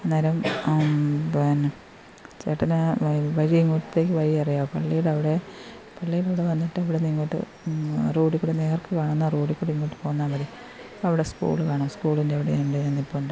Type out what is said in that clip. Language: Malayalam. അന്നേരം പിന്നെ ചേട്ടന് വഴി ഇങ്ങോട്ടത്തേക്ക് വഴി അറിയാമോ പള്ളിടെ അവിടെ പള്ളിടെ അവിടെ വന്നിട്ട് അവിടിന്നിങ്ങോട്ട് റോഡിക്കൂടെ നേര്ക്ക് കാണുന്ന റോഡിക്കൂടെ ഇങ്ങോട്ട് പോന്നാൽ മതി അവിടെ സ്കൂൾ കാണാം സ്കൂളിൻ്റെ അവിടെ രണ്ടുപേരും നിൽപ്പുണ്ട്